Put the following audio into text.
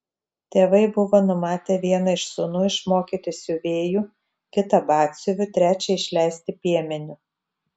tėvai buvo numatę vieną iš sūnų išmokyti siuvėju kitą batsiuviu trečią išleisti piemeniu